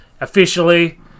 officially